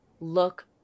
look